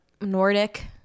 Nordic